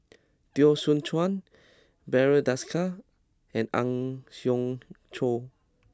Teo Soon Chuan Barry Desker and Ang Hiong Chiok